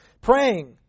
praying